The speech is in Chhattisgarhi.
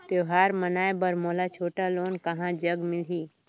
त्योहार मनाए बर मोला छोटा लोन कहां जग मिलही?